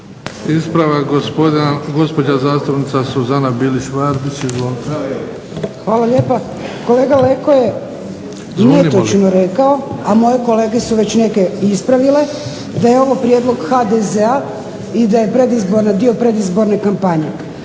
Izvolite. **Bilić Vardić, Suzana (HDZ)** Hvala lijepa. Kolega Leko je netočno rekao, a moje kolege su već neke i ispravile, da je ovo prijedlog HDZ-a i da je predizborna, dio predizborne kampanje.